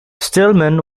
stillman